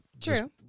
True